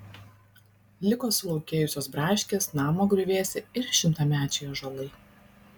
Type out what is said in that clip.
liko sulaukėjusios braškės namo griuvėsiai ir šimtamečiai ąžuolai